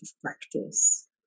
practice